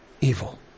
evil